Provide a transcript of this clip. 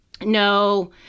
No